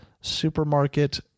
supermarket